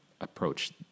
approach